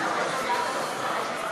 התשע"ו 2016,